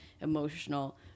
emotional